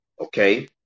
okay